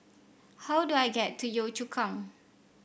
how do I get to Yio Chu Kang